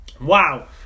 wow